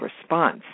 response